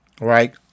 right